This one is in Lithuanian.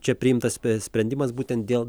čia priimtas sprendimas būtent dėl